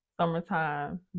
summertime